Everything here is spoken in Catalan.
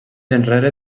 enrere